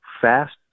fast